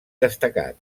destacat